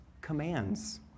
commands